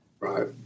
right